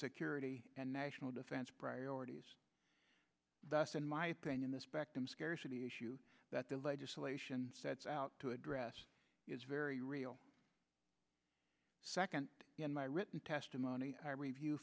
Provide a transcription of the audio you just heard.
security and national defense priorities thus in my opinion the spectrum scarcity issue that the legislation sets out to address is very real second in my written testimony i review